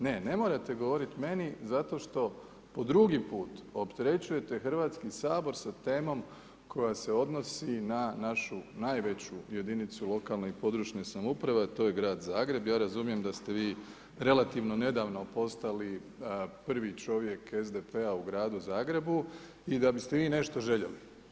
Ne ne morate govoriti meni, zato što po 2 put opterećujete Hrvatski sabor sa temom koja se odnosi na našu najveću jedinicu lokalne samouprave a to je Grad Zagreb, ja razumijem da ste vi relativno nedavno postali prvi čovjek SDP-a u Gradu Zagrebu i da biste vi nešto željeli.